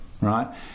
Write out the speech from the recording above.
right